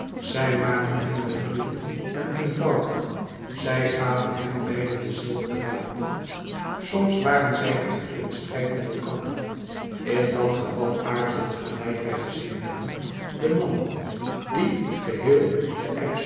zij maakten hem welwillend en eenvoudig zij gaven hem beide denzelfden raad soms waren zij echter in strijd met elkander in dat geval aarzelde gelijk wij gezien hebben de man dien geheel de